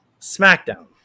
SmackDown